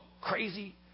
Crazy